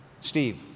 Steve